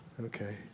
okay